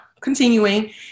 Continuing